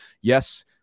Yes